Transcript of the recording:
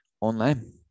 online